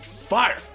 Fire